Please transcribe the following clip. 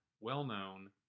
well-known